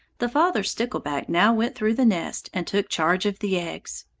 the father stickleback now went through the nest and took charge of the eggs.